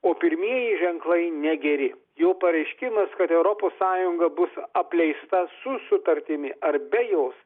o pirmieji ženklai negeri jo pareiškimas kad europos sąjunga bus apleista su sutartimi ar be jos